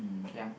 yeah